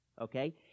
okay